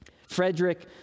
Frederick